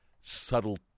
subtle